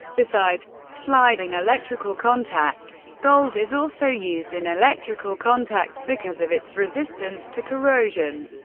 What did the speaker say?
besides sliding electrical contacts, gold is also used in electrical contacts, because of its resistance to corrosion,